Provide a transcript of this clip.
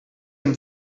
him